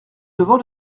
devant